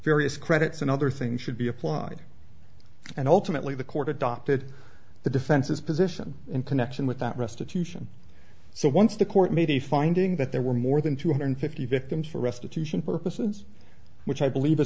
various credits and other things should be applied and ultimately the court adopted the defense's position in connection with that restitution so once the court made a finding that there were more than two hundred fifty victims for restitution purposes which i believe